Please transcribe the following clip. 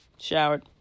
showered